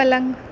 پلنگ